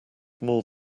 more